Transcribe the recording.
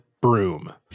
broom